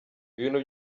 ibintu